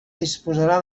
disposarà